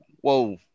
Whoa